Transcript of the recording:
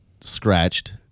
scratched